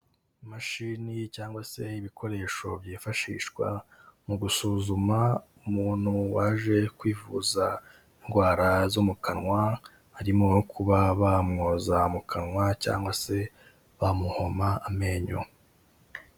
Imashini cyangwa se ibikoresho byifashishwa mu gusuzuma umuntu waje kwivuza indwara zo mu kanwa, harimo no kuba bamwoza mu kanwa cyangwa se bamuhoma amenyo.